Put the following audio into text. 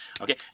Okay